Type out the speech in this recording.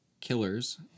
Killers